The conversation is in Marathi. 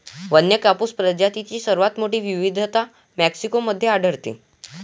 वन्य कापूस प्रजातींची सर्वात मोठी विविधता मेक्सिको मध्ये आढळते